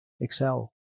excel